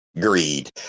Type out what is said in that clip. greed